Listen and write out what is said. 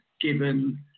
given